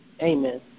Amen